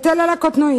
היטל על הקטנועים,